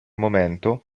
momento